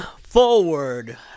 forward